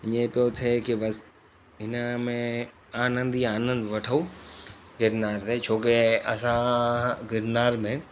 ईअं पियो थिए के बसि इन में आनंद ई आनंद वठूं गिरनार ते छोके असां गिरनाल में